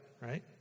right